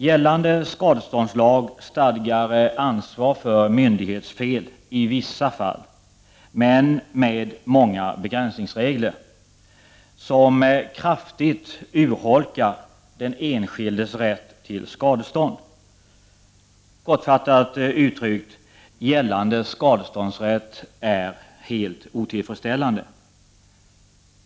Gällande skadeståndslag stadgar ansvar för myndighetsfel i vissa fall, men med många begränsningsregler som kraftigt urholkar den enskildes rätt till skadestånd. Kortfattat uttryckt: gällande skadeståndsrätt är helt otillfredsställande.